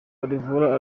álvaro